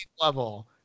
level